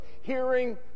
hearing